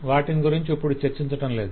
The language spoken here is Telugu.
వాటిని గురించి ఇప్పుడు చర్చించటం లేదు